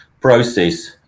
process